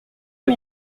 mes